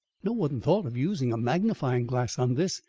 no one thought of using a magnifying-glass on this,